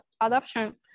adoption